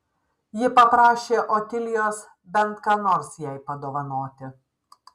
ji paprašė otilijos bent ką nors jai padovanoti